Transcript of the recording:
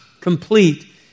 complete